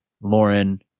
Lauren